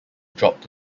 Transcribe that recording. dropped